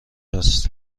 هست